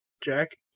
Jack